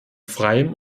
freiem